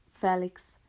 Felix